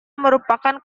merupakan